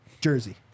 jersey